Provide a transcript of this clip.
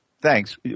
Thanks